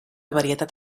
varietat